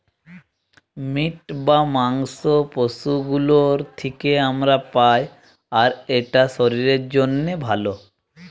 meet বা মাংস পশু গুলোর থিকে আমরা পাই আর এটা শরীরের জন্যে ভালো